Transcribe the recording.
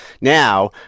now